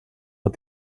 but